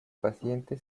paciente